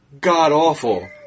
god-awful